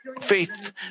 faith